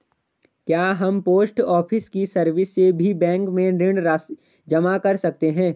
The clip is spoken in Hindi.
क्या हम पोस्ट ऑफिस की सर्विस से भी बैंक में ऋण राशि जमा कर सकते हैं?